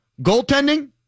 Goaltending